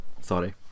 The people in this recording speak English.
Sorry